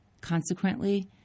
Consequently